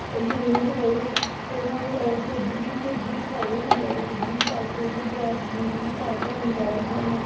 गिल्ली नी रक्खनी चाहिदी फिर सानू फ्रिज दी सफाई बी रक्खनी चाहिदा फ्रिज गी साफ सूफ गैस गूस बी साफ रक्खना चाहिदा सानू